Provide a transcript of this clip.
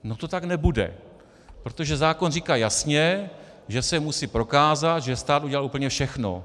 No to tak nebude, protože zákon říká jasně, že se musí prokázat, že stát udělal úplně všechno.